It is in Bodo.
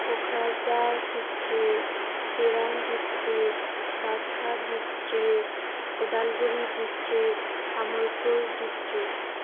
Kokrajhar district Chirang district Baksa district Udalguri district Tamulpur district